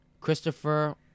Christopher